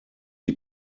die